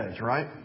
right